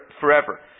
forever